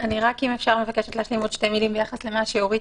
אני רק מבקשת להשלים עוד שתי מילים ביחס למה שאורית